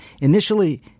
Initially